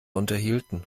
unterhielten